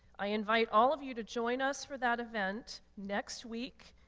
i invite all of you to join us for that event next week,